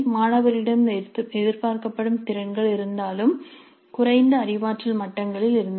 மாணவரிடமிருந்து எதிர்பார்க்கப்படும் திறன்கள் இருந்தாலும் குறைந்த அறிவாற்றல் மட்டங்களில் இருந்தன